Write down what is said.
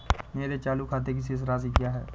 मेरे चालू खाते की शेष राशि क्या है?